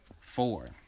four